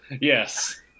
yes